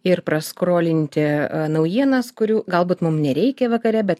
ir praskolinti naujienas kurių galbūt mum nereikia vakare bet